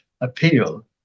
appeal